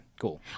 cool